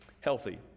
healthy